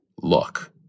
look